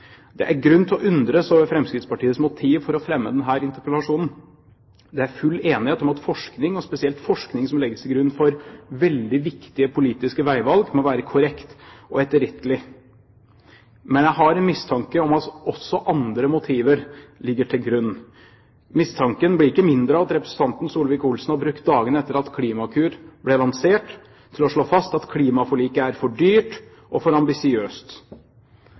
Det er grunn til å undres over Fremskrittspartiets motiv for å fremme denne interpellasjonen. Det er full enighet om at forskning, og spesielt forskning som legges til grunn for veldig viktige politiske veivalg, må være korrekt og etterrettelig. Men jeg har en mistanke om at også andre motiver ligger til grunn. Mistanken blir ikke mindre av at representanten Solvik-Olsen har brukt dagene etter at Klimakur ble lansert, til å slå fast at klimaforliket er for dyrt og for ambisiøst.